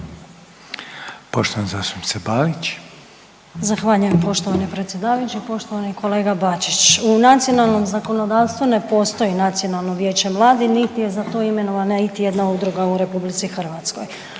Marijana (HDZ)** Zahvaljujem poštovani predsjedavajući. Poštovani kolega Bačić, u nacionalnom zakonodavstvu ne postoji nacionalno vijeće mladih niti je za to imenovana iti jedna udruga u RH.